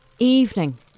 evening